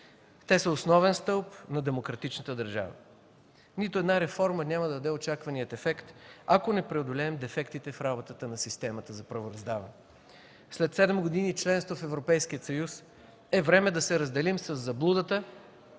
Те са основен стълб на демократичната държава. Нито една реформа няма да даде очаквания ефект, ако не преодолеем дефектите в работата на системата за правораздаване. След седем години членство в Европейския съюз е време да се разделим със заблудата,